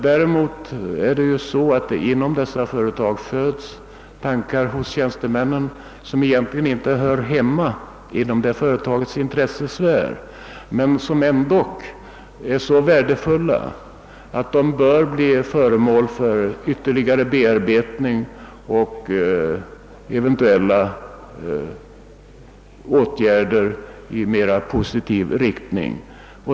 Däremot förekommer det ju även inom dessa företag att det hos tjänstemännen föds tankar som egentligen inte hör hemma i företagens intressesfär men som ändock är så värdefulla, att de bör bli föremål för ytterligare bearbetning och eventuella åtgärder i mera positiv riktning.